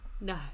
no